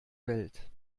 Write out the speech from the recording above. welt